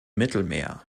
mittelmeer